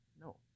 No